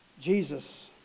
Jesus